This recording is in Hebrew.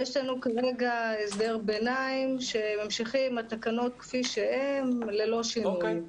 יש לנו כרגע הסדר ביניים שממשיכים עם התקנות כפי שהן ללא שינוי.